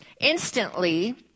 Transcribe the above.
Instantly